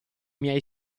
miei